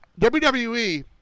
wwe